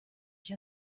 ich